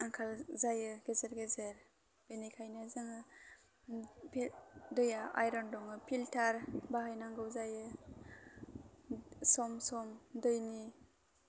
आंखाल जायो गेजेर गेजेर बेनिखायनो जोङो बे दैया आइरन दङ फिल्टार बाहाय नांगौ जायो सम सम दैनि